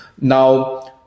Now